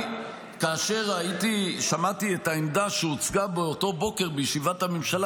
-- כאשר שמעתי את העמדה שהוצגה באותו בוקר בישיבת הממשלה